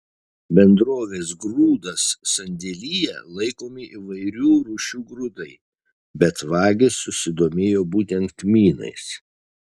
bendrovės grūdas sandėlyje laikomi įvairių rūšių grūdai bet vagys susidomėjo būtent kmynais